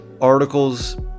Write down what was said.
articles